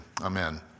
Amen